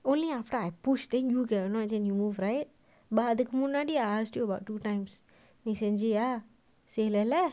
only after I push then you get annoyed then you move right but அதுக்குமுன்னாடி:adhukku munnadi I asked you about two times நீசெஞ்சியாசெய்யலேல:ni senchiya seiyalela